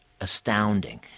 astounding